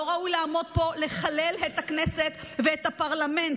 לא ראוי לעמוד פה, לחלל את הכנסת ואת הפרלמנט.